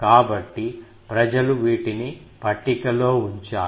కాబట్టి ప్రజలు వీటిని పట్టికలో ఉంచారు